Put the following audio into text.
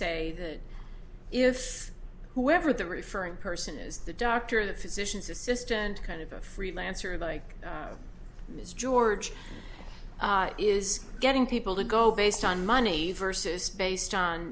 say that if whoever the referring person is the doctor the physician's assistant kind of a freelancer a bike is george is getting people to go based on money versus based on